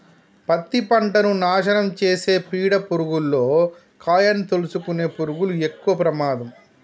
పత్తి పంటను నాశనం చేసే పీడ పురుగుల్లో కాయను తోలుసుకునే పురుగులు ఎక్కవ ప్రమాదం